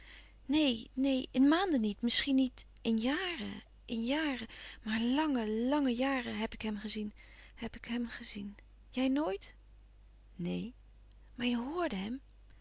neen neen in maanden niet misschien niet in jaren in jaren maar lànge lànge jaren heb ik hem gezien heb ik hem gezien jij nooit neen maar je horde hem